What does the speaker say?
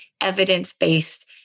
evidence-based